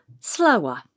Slower